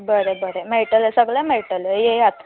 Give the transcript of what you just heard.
बरें बरें मेळटलें सगलें मेळटलें येयात